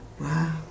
Wow